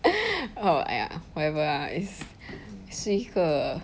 oh !aiya! whatever lah is 是一个